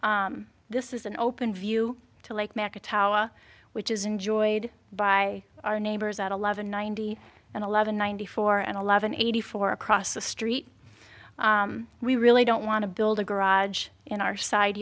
this is an open view to lake nerka tower which is enjoyed by our neighbors at eleven ninety and eleven ninety four and eleven eighty four across the street we really don't want to build a garage in our side